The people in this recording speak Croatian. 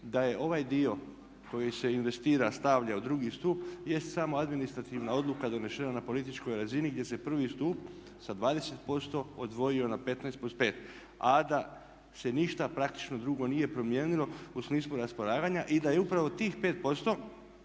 da je ovaj dio koji se investira, stavlja u drugi stup je samo administrativna odluka donesena na političkoj razini gdje se prvi stup sa 20% odvojio na 15+5 a da se ništa praktično drugo nije promijenilo u smislu raspolaganja i da je upravo tih 5%